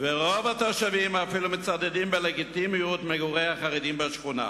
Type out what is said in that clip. רוב התושבים אפילו מצדדים בלגיטימיות מגורי החרדים בשכונה.